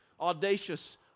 audacious